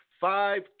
Five